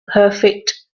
perfect